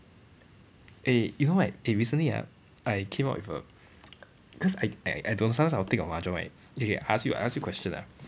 eh you know right eh recently ah I came up with a cause I I I don't know sometimes I'll think of mahjong right okay K I ask you I ask you question ah